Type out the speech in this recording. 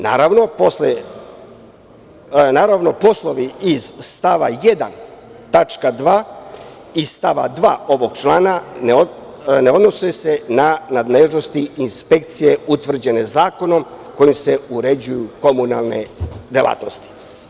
Naravno, poslovi iz stava 1. tačka 2. i stava 2. ovog člana ne odnosi se na nadležnosti inspekcije utvrđene zakonom kojim se uređuju komunalne delatnosti.